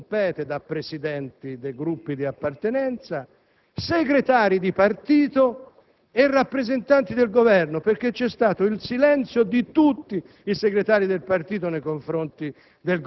lasciando soli i Presidenti dei Gruppi della maggioranza. Ho apprezzato molto - lo dico senza nessuna ironia, credetemi, perché sono un uomo politico da tanti anni e, quindi,